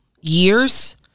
years